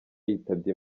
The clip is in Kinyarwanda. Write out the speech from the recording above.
yitabye